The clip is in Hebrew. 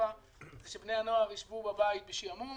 האלטרנטיבה היא שבני הנוער ישבו בבית בשעמום